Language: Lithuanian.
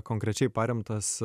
konkrečiai paremtas